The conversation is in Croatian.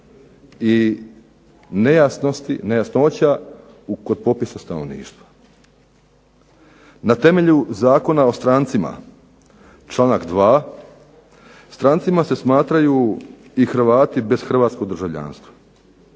i nejasnoća kod popisa stanovništva. Na temelju Zakona o strancima, članak 2., strancima se smatraju i Hrvati bez hrvatskog državljanstva.